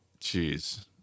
Jeez